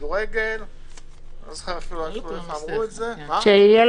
וטוב שאנחנו שומעים את זה כי בלי להגדיר